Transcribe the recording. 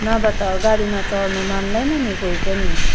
नभए त गाडीमा चढ्नु मान्दैन नि कोही पनि